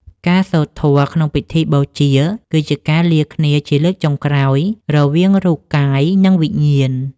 ការសូត្រធម៌ក្នុងពិធីបូជា គឺជាការលាគ្នាជាលើកចុងក្រោយរវាងរូបរាងកាយ និងវិញ្ញាណ។